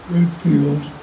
Redfield